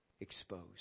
exposed